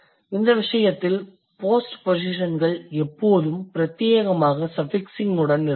இந்த விசயத்தில் போஸ்ட்போசிஷன்கள் எப்போதுமே பிரத்தியேகமாக சஃபிக்ஸிங் உடன் இருக்கும்